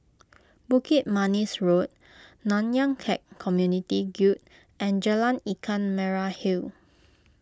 Bukit Manis Road Nanyang Khek Community Guild and Jalan Ikan Merah Hill